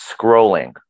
scrolling